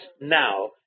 now